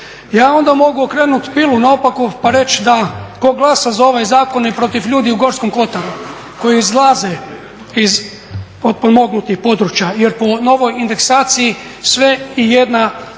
Ja onda mogu okrenut pilu naopako pa reći da tko glasa za ovaj zakon je protiv ljudi u Gorskom kotaru koji izlaze iz potpomognutih područja jer po novoj indeksaciji sve i jedna